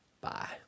Bye